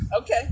Okay